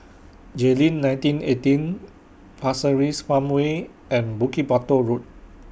Jayleen nineteen eighteen Pasir Ris Farmway and Bukit Batok Road